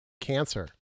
cancer